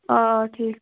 آ آ ٹھیٖک